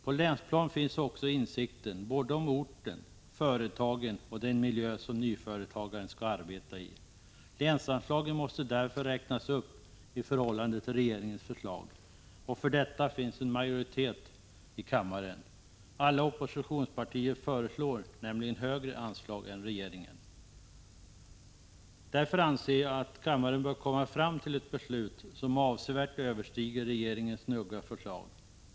På länsplan finns också insikten både om orten och företagen och om den miljö som nyföretagaren skall arbeta i. Länsanslagen måste därför räknas upp i förhållande till regeringens förslag. För detta finns en majoritet i kammaren. Alla oppositionspartier föreslår nämligen högre anslag än regeringen. Därför bör kammaren komma fram till ett beslut som avsevärt överstiger regeringens njugga förslag.